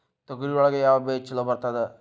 ತೊಗರಿ ಒಳಗ ಯಾವ ಬೇಜ ಛಲೋ ಬರ್ತದ?